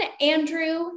Andrew